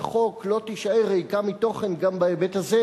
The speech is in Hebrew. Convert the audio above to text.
החוק לא תישאר ריקה מתוכן גם בהיבט הזה,